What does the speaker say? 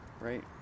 right